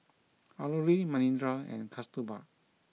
Alluri Manindra and Kasturba